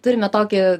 turime tokį